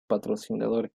patrocinadores